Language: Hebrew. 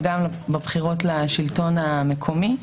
וגם בבחירות לשלטון המקומי,